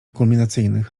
kulminacyjnych